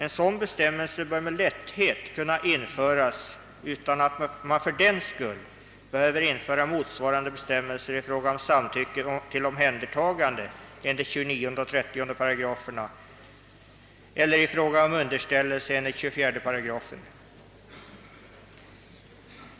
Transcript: En bestämmelse om en sådan skyldighet bör med lätthet kunna införas, utan att man fördenskull behöver införa motsvarande bestämmelser i fråga om samtycke till omhändertagande enligt 29 eller 30 §§ eller i fråga om underställelse av beslut enligt 24 8.